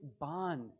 bond